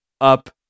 up